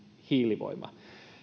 hiilivoima